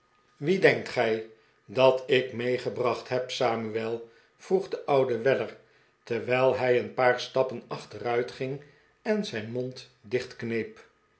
wie denkt gij dat ik meegebracht heb samuel vroeg de oude weller terwijl hij een paar stappen achteruitging en zijn mond